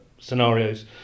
scenarios